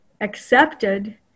accepted